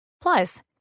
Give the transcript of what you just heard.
Plus